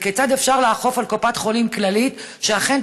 וכיצד אפשר לאכוף על קופת חולים כללית שאכן